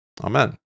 Amen